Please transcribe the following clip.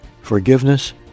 forgiveness